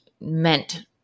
meant